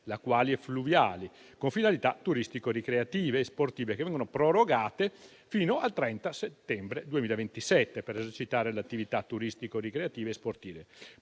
lacuali e fluviali con finalità turistico-ricreative e sportive, che vengono prorogate fino al 30 settembre 2027 per esercitare le attività turistico-ricreative e sportive,